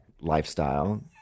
lifestyle